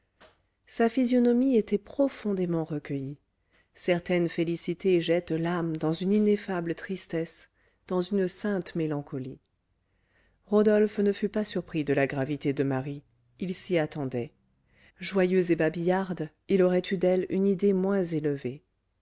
sa physionomie était profondément recueillie certaines félicités jettent l'âme dans une ineffable tristesse dans une sainte mélancolie rodolphe ne fut pas surpris de la gravité de marie il s'y attendait joyeuse et babillarde il aurait eu d'elle une idée moins élevée